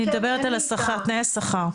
אני מדברת על תנאי השכר.